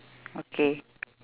okay